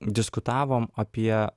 diskutavom apie